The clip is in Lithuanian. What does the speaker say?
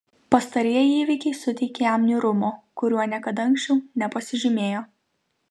pastarieji įvykiai suteikė jam niūrumo kuriuo niekada anksčiau nepasižymėjo